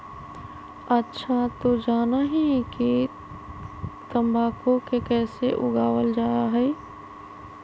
अच्छा तू जाना हीं कि तंबाकू के कैसे उगावल जा हई?